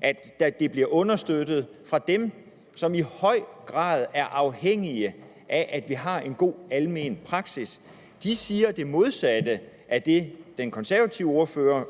at det bliver understøttet af dem, som i høj grad er afhængige af, at vi har en god almen praksis? De siger det modsatte af det, den konservative ordfører